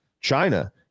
China